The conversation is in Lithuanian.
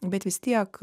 bet vis tiek